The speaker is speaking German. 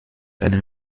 eine